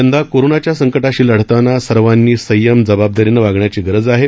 यंदा कोरोनाच्या संकटाशी लढताना सर्वानी संयम जबाबदारीनं वागण्याची गरज आहे